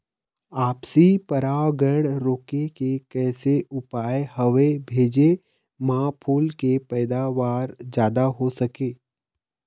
आपसी परागण रोके के कैसे उपाय हवे भेजे मा फूल के पैदावार जादा हों सके?